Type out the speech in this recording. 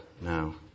now